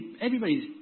everybody's